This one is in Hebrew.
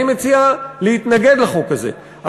אני מציע להתנגד לחוק הזה,